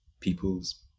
people's